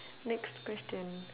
next question